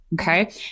Okay